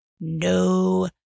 no